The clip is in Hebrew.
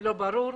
לא ברור.